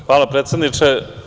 Hvala predsedniče.